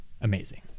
amazing